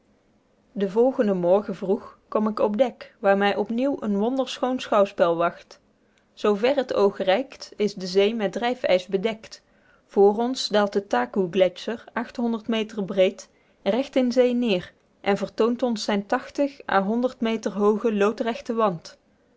den volgenden morgen vroeg kom ik op dek waar mij opnieuw een wonderschoon schouwspel wacht tot zoo ver het oog reikt is de zee met drijfijs bedekt vr ons daalt de takoe gletscher meter breed recht in zee neer en vertoont ons zijnen à meter hoogen loodrechten wand